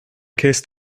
cest